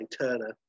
Turner